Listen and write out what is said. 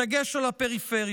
בדגש על הפריפריה.